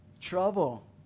trouble